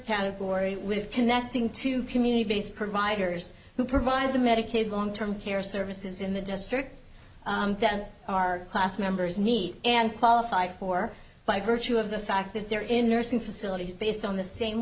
category with connecting to community based providers who provide the medicaid long term care services in the district that our class members need and qualify for by virtue of the fact that they're in nursing facilities based on the same